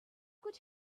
could